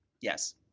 Yes